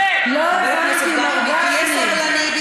תהיה סבלני.